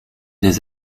des